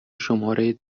شماره